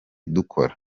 dukora